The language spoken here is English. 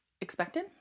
expected